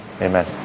Amen